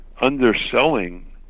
underselling